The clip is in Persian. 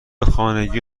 خانگی